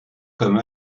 comme